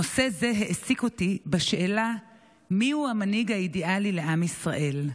נושא זה העסיק אותי בשאלה מיהו המנהיג האידיאלי לעם ישראל.